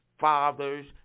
fathers